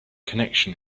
connection